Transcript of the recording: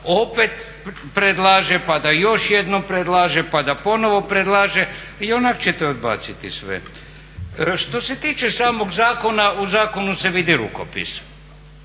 opet predlaže, pa da još jednom predlaže, pa da ponovo predlaže, ionako ćete odbaciti sve. Što se tiče samog zakona, u zakonu se vidi rukopis.